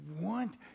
want